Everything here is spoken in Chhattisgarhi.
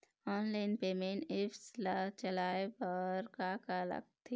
ऑनलाइन पेमेंट एप्स ला चलाए बार का का लगथे?